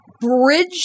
Bridge